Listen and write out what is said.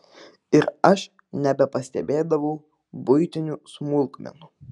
ir aš nebepastebėdavau buitinių smulkmenų